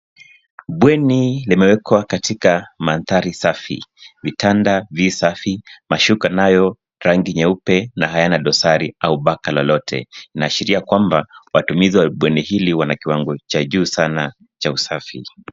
Bweni limewekwa katika mandhari safi. Vitanda vi safi, mashuka nayo rangi nyeupe na hayana dosari au baka lolote. Inaashiria kwamba watumizi wa bweni wana kiwango cha juu sana cha usafi.